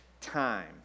time